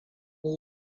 yi